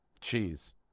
Cheese